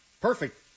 Perfect